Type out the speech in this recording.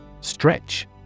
Stretch